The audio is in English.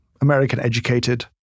American-educated